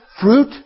fruit